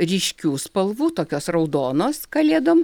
ryškių spalvų tokios raudonos kalėdom